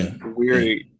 weird